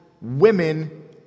women